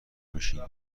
میشین